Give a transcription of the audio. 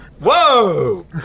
whoa